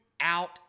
out